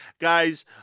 Guys